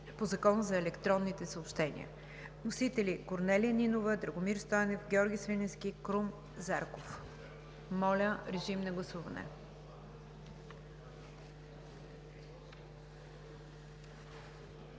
по Закона за електронните съобщения.“ Вносители: Корнелия Нинова, Драгомир Стойнев, Георги Свиленски и Крум Зарков Моля, режим на гласуване.